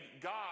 God